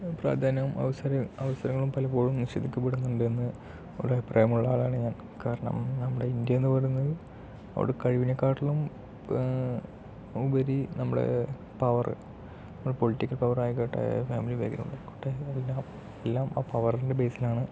പ്രാധാന്യവും അവസരവും അവസരങ്ങളും പലപ്പോഴും നിഷേധിക്കപ്പെടുന്നുണ്ട് എന്ന് ഒരു അഭിപ്രായമുള്ള ആളാണ് ഞാൻ കാരണം നമ്മുടെ ഇന്ത്യ എന്ന് പറയുന്നത് അവിടെ കഴിവിനെക്കാളും ഉപരി നമ്മുടെ പവറ് നമ്മുടെ പൊളിറ്റിക്കൽ പവർ ആയിക്കോട്ടെ ഫാമിലി ബാഗ്രൗണ്ട് ആയിക്കോട്ടെ എല്ലാം എല്ലാം ആ പവറിൻ്റെ ബേസിലാണ്